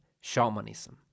Shamanism